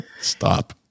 stop